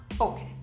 Okay